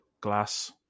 glass